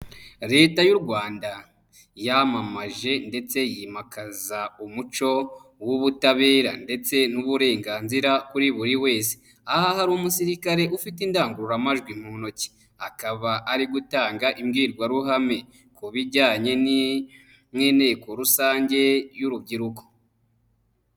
Leta y'u Rwanda yamamaje ndetse yimakaza umuco w'ubutabera ndetse n'uburenganzira kuri buri wese. Aha hari umusirikare ufite indangururamajwi mu ntoki, akaba ari gutanga imbwirwaruhame ku bijyanye n'inteko rusange y'urubyiruko.